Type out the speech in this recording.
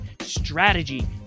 Strategy